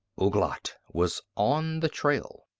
ouglat was on the trail!